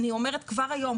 אני אומרת כבר היום,